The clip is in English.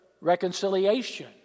reconciliation